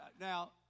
now